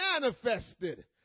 manifested